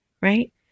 right